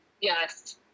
Yes